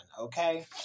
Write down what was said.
Okay